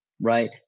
right